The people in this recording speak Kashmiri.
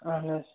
اَہَن حظ